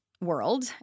World